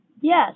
yes